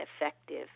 effective